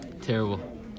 terrible